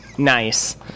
Nice